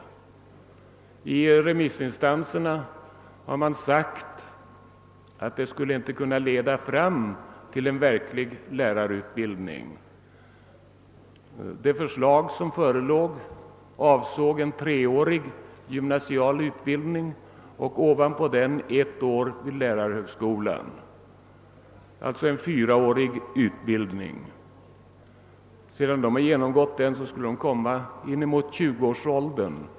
Vissa remissinstanser ansåg att det förslag som framlades inte skulle leda till en verklig lärarutbildning. Det avsåg en treårig gymnasial utbildning och ovanpå den ett år vid lärarhögskolan, alltså sammanlagt en fyraårig utbildning. När vederbörande genomgått denna skulle de befinna sig ungefär i 20-årsåldern.